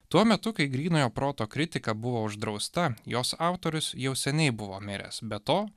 tuo metu kai grynojo proto kritika buvo uždrausta jos autorius jau seniai buvo miręs be to